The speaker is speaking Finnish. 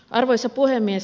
arvoisa puhemies